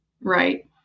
right